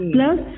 Plus